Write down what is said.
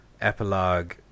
epilogue